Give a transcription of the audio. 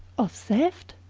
of theft?